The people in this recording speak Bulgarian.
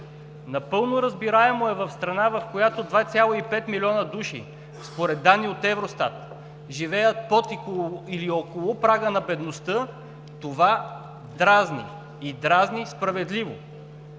Напълно разбираемо е в страна, в която 2,5 млн. души, според данни от Евростат, живеят под или около прага на бедността – това дразни. И дразни справедливо!